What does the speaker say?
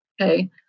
Okay